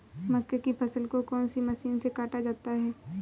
मक्के की फसल को कौन सी मशीन से काटा जाता है?